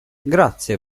grazie